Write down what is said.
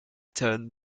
turned